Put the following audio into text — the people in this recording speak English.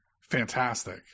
Fantastic